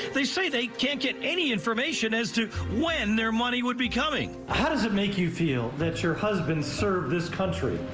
they say they can't get any information as to where their money would be coming. how does it make you feel that your husband served this country,